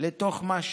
לתוך משהו.